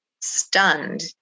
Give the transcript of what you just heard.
stunned